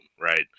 right